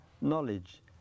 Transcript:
knowledge